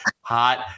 hot